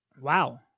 wow